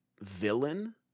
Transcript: villain